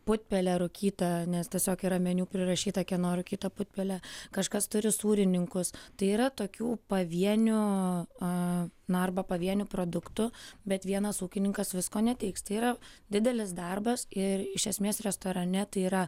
putpelę rūkytą nes tiesiog yra meniu prirašyta kieno rūkyta putpelė kažkas turi sūrininkus tai yra tokių pavienių a na arba pavienių produktų bet vienas ūkininkas visko neteiks tai yra didelis darbas ir iš esmės restorane tai yra